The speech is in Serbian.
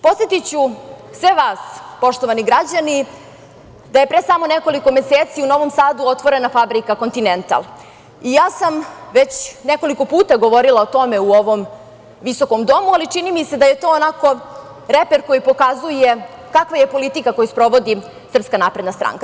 Podsetiću sve vas, poštovani građani, da je pre samo nekoliko meseci u Novom Sadu otvorena fabrika „Kontinetal“ i ja sam već nekoliko puta govorila o tome u ovom visokom domu, ali čini mi se da je to onako reper koji pokazuje kakva je politika koju sprovodi SNS.